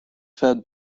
fed